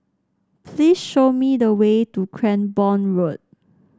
please show me the way to Cranborne Road